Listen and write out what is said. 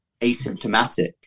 asymptomatic